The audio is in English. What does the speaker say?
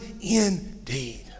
indeed